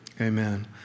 Amen